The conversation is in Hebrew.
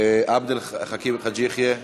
עבד אל חכים חאג' יחיא,